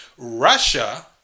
Russia